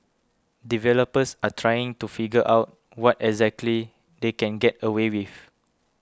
developers are still trying to figure out what exactly they can get away with